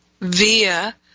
via